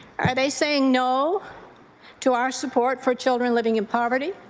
are they saying no to our support for children living in poverty?